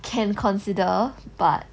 can consider but